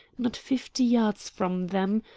not fifty yards from them,